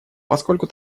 поскольку